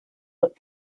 but